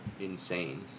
insane